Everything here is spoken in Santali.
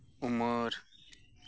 ᱩᱢᱮᱹᱨ